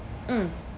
mm